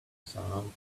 sounds